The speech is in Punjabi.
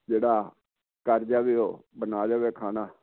ਜਿਹੜਾ ਕਰ ਜਾਵੇ ਉਹ ਬਣਾ ਜਾਵੇ ਖਾਣਾ